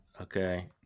okay